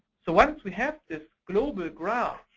so once we have this global graph,